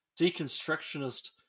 deconstructionist